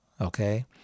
Okay